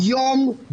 יום,